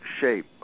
shape